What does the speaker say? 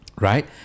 right